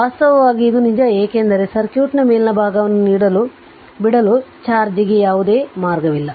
ವಾಸ್ತವವಾಗಿ ಇದು ನಿಜ ಏಕೆಂದರೆ ಸರ್ಕ್ಯೂಟ್ನ ಮೇಲಿನ ಭಾಗವನ್ನು ಬಿಡಲು ಚಾರ್ಜ್ಗೆ ಯಾವುದೇ ಮಾರ್ಗವಿಲ್ಲ